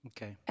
Okay